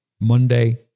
Monday